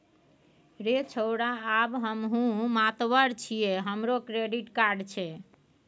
रे छौड़ा आब हमहुँ मातबर छियै हमरो क्रेडिट कार्ड छै